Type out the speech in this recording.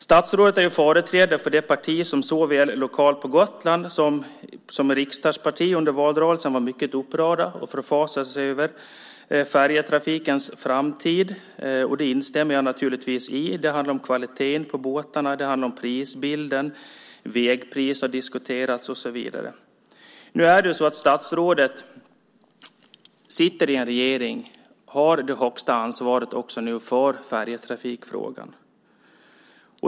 Statsrådet är ju företrädare för det parti som såväl lokalt på Gotland som i egenskap av riksdagsparti under valrörelsen var mycket upprört och förfasade sig över färjetrafikens framtid. Det instämmer jag naturligtvis i. Det handlar om kvaliteten på båtarna, det handlar om prisbilden - vägpris har diskuterats - och så vidare. Nu är det så att statsrådet sitter i en regering och också nu har det yttersta ansvaret för färjetrafikfrågan.